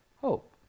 Hope